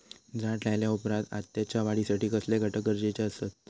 झाड लायल्या ओप्रात त्याच्या वाढीसाठी कसले घटक गरजेचे असत?